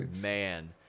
Man